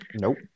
nope